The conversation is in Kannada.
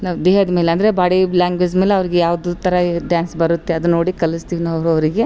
ನಾವು ದೇಹದ್ಮೆಲೆ ಅಂದರೆ ಬಾಡಿ ಲ್ಯಾಂಗ್ವೇಜ್ ಮ್ಯಾಲೆ ಅವರಿಗೆ ಯಾವುದು ಥರ ಈ ಡ್ಯಾನ್ಸ್ ಬರುತ್ತೆ ಅದು ನೋಡಿ ಕಲಸ್ತೀವಿ ನಾವು ಅವ್ರು ಅವರಿಗೆ